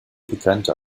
bekannter